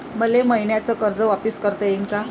मले मईन्याचं कर्ज वापिस करता येईन का?